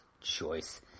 choice